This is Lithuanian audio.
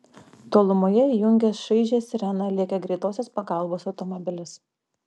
tolumoje įjungęs šaižią sireną lėkė greitosios pagalbos automobilis